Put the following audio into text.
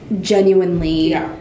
genuinely